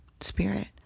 spirit